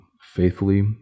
faithfully